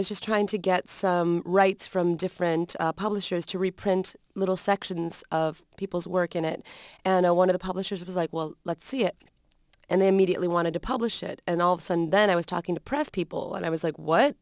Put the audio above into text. was just trying to get some rights from different publishers to reprint little sections of people's work in it and one of the publishers was like well let's see it and they immediately wanted to publish it and all of a sudden then i was talking to press people and i was like what